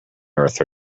earth